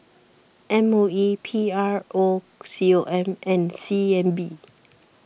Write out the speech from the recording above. M O E P R O C O M and C N B